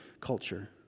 culture